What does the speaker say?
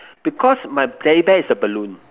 because my teddy bear is a balloon